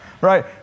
Right